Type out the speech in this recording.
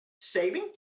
saving